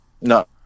No